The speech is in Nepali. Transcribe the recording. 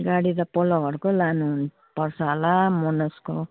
गाडी त पल्लो घरको लानुपर्छ होला मनोजको